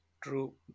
True